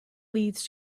leads